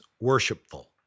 worshipful